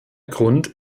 grund